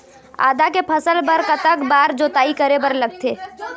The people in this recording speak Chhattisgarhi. आदा के फसल बर कतक बार जोताई करे बर लगथे?